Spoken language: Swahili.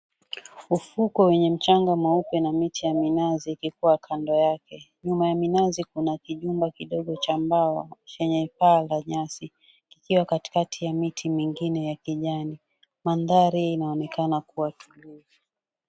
Ufukwe wenye mchanga mweupe na miti ya minazi ikikuwa kando yake nyuma ya minazi kuna kijumba kidogo cha mbao chenye paa la nyasi kikiwa katikati ya miti nyingine ya kijani mandhari inaonekana kuwa tulivu.